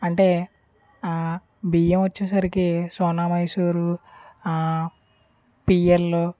అంటే బియ్యం వచ్చేసరికి సోనా మైసూరు పీఎల్